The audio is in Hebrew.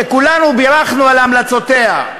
שכולנו בירכנו על המלצותיה.